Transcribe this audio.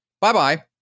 Bye-bye